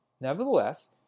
Nevertheless